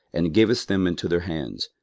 and gavest them into their hands,